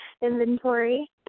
inventory